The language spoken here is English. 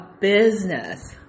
business